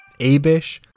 Abish